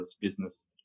business